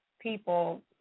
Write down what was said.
people